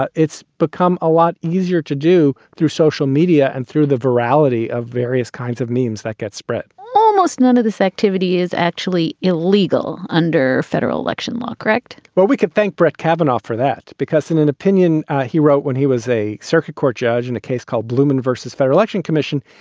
ah it's become a lot easier to do through social media and through the virality of various kinds of means that get spread almost none of this activity is actually illegal under federal election law, correct? well, we could thank brett kavanaugh for that, because in an opinion he wrote when he was a circuit court judge in a case called blooming versus fair election commission,